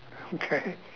okay